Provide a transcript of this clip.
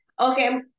okay